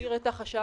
מגדיר את החשש